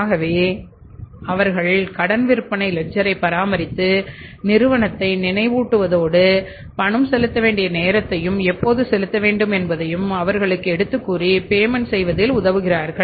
ஆகவே அவர்கள் கடன் விற்பனை லெட்ஜரைப் பராமரித்து நிறுவனத்தை நினைவூட்டுவதோடு பணம் செலுத்த வேண்டிய நேரத்தையும் எப்போது செலுத்த வேண்டும் என்பதையும் அவர்களுக்கு எடுத்துக்கூறி பேமெண்ட் செய்வதில்உதவுகிறார்கள்